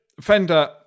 Fender